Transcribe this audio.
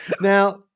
Now